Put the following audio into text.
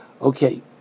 Okay